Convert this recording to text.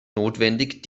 notwendig